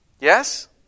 Yes